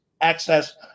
access